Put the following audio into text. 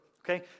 Okay